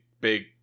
big